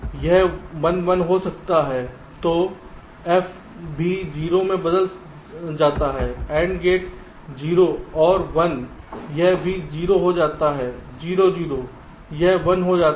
तो F भी 0 में बदल जाता है AND गेट 0 और 1 यह भी 0 हो जाता है 0 0 यह 1 हो जाता है